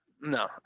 No